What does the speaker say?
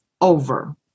over